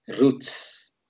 roots